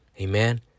Amen